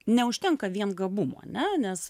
neužtenka vien gabumų ane nes